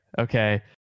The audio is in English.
Okay